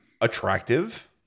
attractive